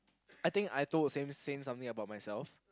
I think I told same same something about myself